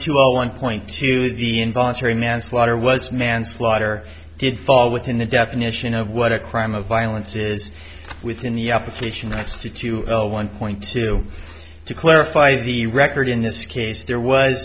to a one point two the involuntary manslaughter was manslaughter did fall within the definition of what a crime of violence is within the application that's due to a one point two to clarify the record in this case there was